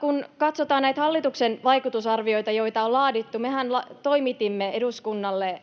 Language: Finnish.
Kun katsotaan näitä hallituksen vaikutusarvioita, joita on laadittu, niin mehän toimitimme eduskunnalle